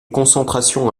concentration